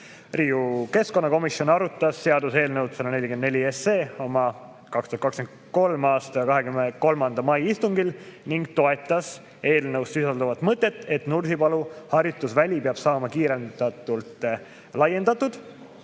Riigikogu keskkonnakomisjon arutas seaduseelnõu 144 oma 2023. aasta 23. mai istungil ning toetas eelnõus sisalduvat mõtet, et Nursipalu harjutusväli peab saama kiirendatult laiendatud,